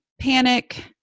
panic